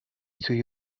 توی